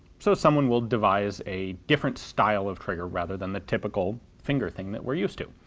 so someone will devise a different style of trigger rather than the typical finger thing that we're used to.